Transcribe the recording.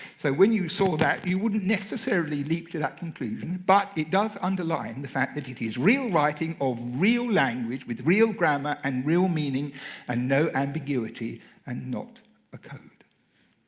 so when you saw that, you wouldn't necessarily leap to that conclusion. but it does underline the fact that it is real writing of real language with real grammar and real meaning and no ambiguity and not a code.